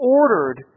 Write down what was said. ordered